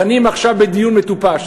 דנים עכשיו דיון מטופש.